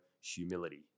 humility